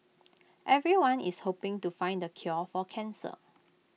everyone is hoping to find the cure for cancer